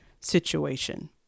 situation